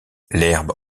l’herbe